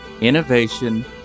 innovation